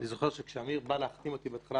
אני זוכר שכשאמיר בא להחתים אותי בהתחלה